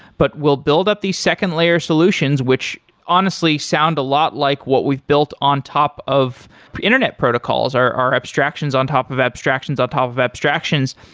but we'll build up the second layer solutions, which honestly sound a lot like what we've built on top of internet protocols or abstractions on top of abstractions on top of abstractions.